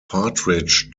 partridge